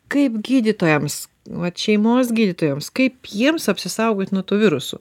kaip gydytojams vat šeimos gydytojams kaip jiems apsisaugoti nuo tų virusų